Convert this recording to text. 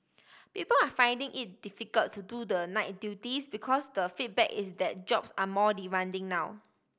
people are finding it difficult to do the night duties because the feedback is that jobs are more demanding now